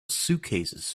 suitcases